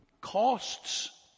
costs